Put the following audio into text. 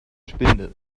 spinde